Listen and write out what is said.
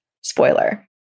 Spoiler